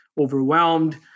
overwhelmed